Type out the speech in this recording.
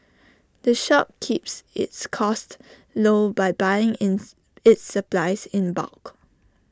the shop keeps its costs low by buying ins its supplies in bulk